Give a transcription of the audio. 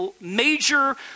major